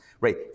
Right